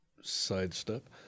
sidestep